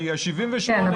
נכון,